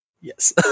Yes